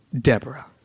Deborah